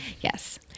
Yes